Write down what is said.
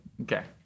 Okay